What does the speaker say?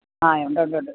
ആ ഉണ്ട് ഉണ്ട് ഉണ്ട്